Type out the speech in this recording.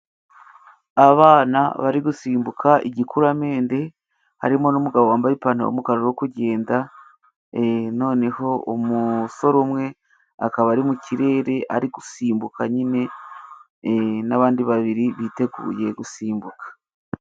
Abana bari gusimbuka igikuraramende harimo n'umugabo wambaye ipantaro y'umukara uri kugenda, e noneho umusore umwe akaba ari mu kirere ari gusimbuka nyine e n'abandi babiri biteguye gusimbuka.